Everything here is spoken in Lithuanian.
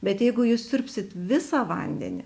bet jeigu jūs siurbsit visą vandenį